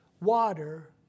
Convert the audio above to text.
water